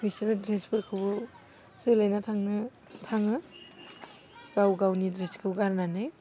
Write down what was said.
बिसोरो ड्रेसफोरखौ सोलायना थांनो थाङो गाव गावनि ड्रेसखौ गारनानै